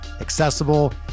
accessible